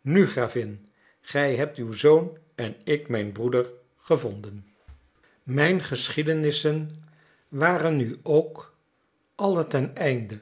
nu gravin gij hebt uw zoon en ik mijn broeder gevonden mijn geschiedenissen waren nu ook alle ten einde